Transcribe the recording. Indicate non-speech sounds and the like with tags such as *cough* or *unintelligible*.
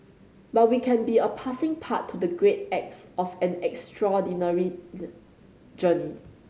but we can be a passing part to the great acts of an extraordinary *unintelligible* journey